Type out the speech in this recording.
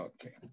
Okay